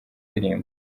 ndirimbo